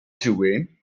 doing